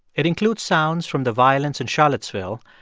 it includes sounds from the violence in charlottesville,